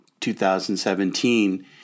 2017